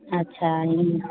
अच्छा ईअं